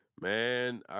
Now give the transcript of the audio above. man